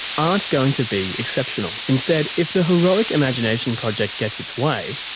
aren't going to be exceptional. instead, if the heroic imagination project gets its way,